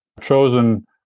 chosen